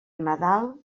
nadal